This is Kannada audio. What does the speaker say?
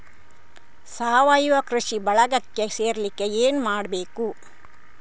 ಸಾವಯವ ಕೃಷಿ ಬಳಗಕ್ಕೆ ಸೇರ್ಲಿಕ್ಕೆ ಏನು ಮಾಡ್ಬೇಕು?